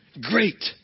Great